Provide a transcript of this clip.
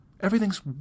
Everything's